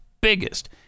biggest